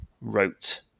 wrote